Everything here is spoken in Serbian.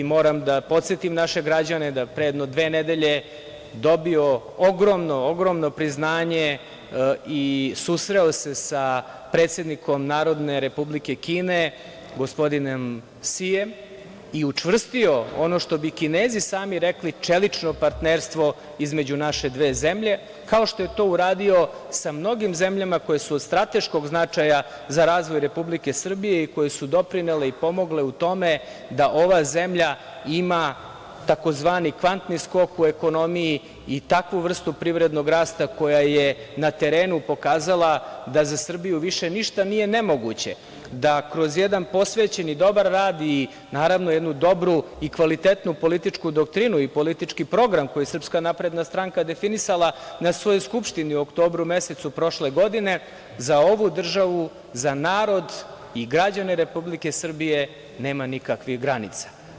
Moram da podsetim naše građane da je pre jedno dve nedelje dobio ogromno priznanje i susreo se sa predsednikom Narodne Republike Kine, gospodinom Sijem, i učvrstio ono što bi Kinezi sami rekli – čelično partnerstvo između naše dve zemlje, kao što je to uradio sa mnogim zemljama koje su od strateškog značaja za razvoj Republike Srbije i koje su doprinele i pomogle u tome da ova zemlja ima tzv. kvantni skok u ekonomiji i takvu vrstu privrednog rasta koja je na terenu pokazala da za Srbiju više ništa nije nemoguće, da kroz jedan posvećen i dobar rad i naravno jednu dobru i kvalitetnu političku doktrinu i politički program, koji SNS je definisala na svojoj skupštini u oktobru mesecu prošle godine, za ovu državu, za ovaj narod i građane Republike Srbije nema nikakvih granica.